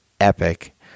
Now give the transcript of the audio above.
epic